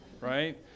right